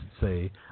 say